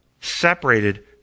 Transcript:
separated